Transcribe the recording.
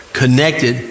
connected